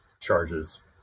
charges